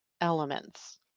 elements